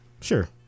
Sure